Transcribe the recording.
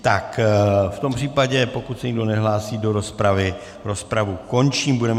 Tak v tom případě pokud se nikdo nehlásí do rozpravy, rozpravu končím.